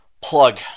plug